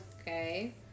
okay